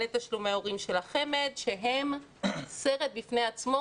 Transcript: תשלומי ההורים של החמ"ד שהם סרט בפני עצמו,